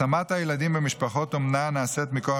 השמת הילדים במשפחות אומנה נעשית מכוח